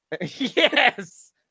Yes